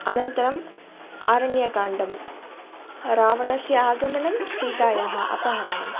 अनन्तरम् आरण्यकाण्डं रावणस्य आगमनं सीतायाः अपहरणम्